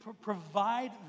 provide